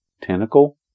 tentacle